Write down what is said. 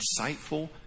insightful